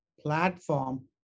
platform